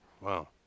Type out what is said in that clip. Wow